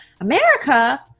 America